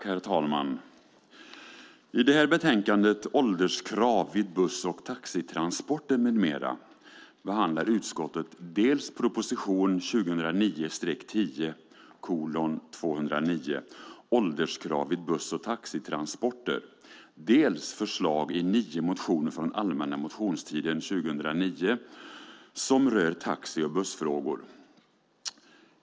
Herr talman! I betänkandet Ålderskrav vid buss och taxitransporter m.m. behandlar utskottet dels proposition 2009/10:209 Ålderskrav vid buss och taxitransporter , dels förslag i nio motioner från allmänna motionstiden 2009 som rör taxi och bussfrågor.